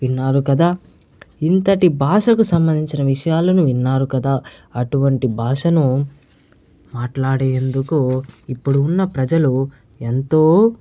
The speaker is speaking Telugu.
విన్నారు కదా ఇంతటి భాషకు సంబంధించిన విషయాలను విన్నారు కదా అటువంటి భాషను మాట్లాడేందుకు ఇప్పుడు ఉన్న ప్రజలు ఎంతో